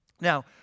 Now